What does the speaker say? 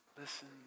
listen